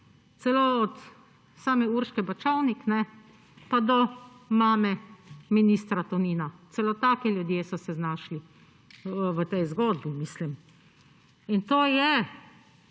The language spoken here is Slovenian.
celo od same Urške Bačovnik pa do mame ministra Tonina. Celo taki ljudje so se znašli v tej zgodbi. To je